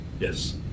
Yes